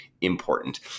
important